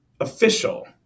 official